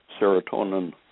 serotonin